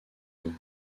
eaux